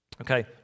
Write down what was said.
Okay